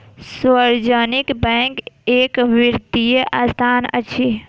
सार्वजनिक बैंक एक वित्तीय संस्थान अछि